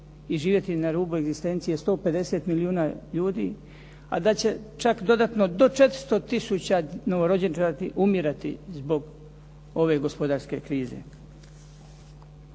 i živjeti na rubu egzistencije 150 milijuna ljudi, a da će čak dodatno do 400000 novorođenčadi umirati zbog ove gospodarske krize.